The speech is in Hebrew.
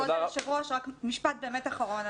כבוד היושב-ראש, רק משפט באמת אחרון.